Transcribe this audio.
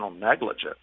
negligence